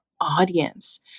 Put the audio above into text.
audience